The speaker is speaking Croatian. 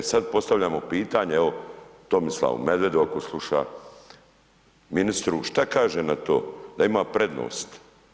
E sada postavljamo pitanje, evo Tomislavu Medvedu ako sluša ministru, što kaže na to, da ima prednost?